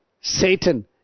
Satan